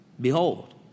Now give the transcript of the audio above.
Behold